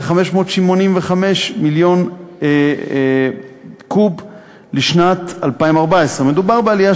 ל-585 מיליון קוב לשנת 2014. מדובר בעלייה